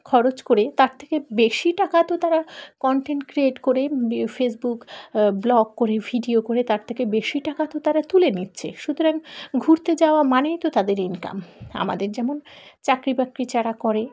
খরচ করে তার থেকে বেশি টাকা তো তারা কন্টেন্ট ক্রিয়েট করে ইয়ে ফেসবুক ব্লগ করে ভিডিও করে তার থেকে বেশি টাকা তো তারা তুলে নিচ্ছে সুতরাং ঘুরতে যাওয়া মানেই তো তাদের ইনকাম আমাদের যেমন চাকরি বাকরি যারা করে